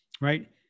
Right